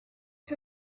que